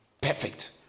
perfect